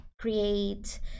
create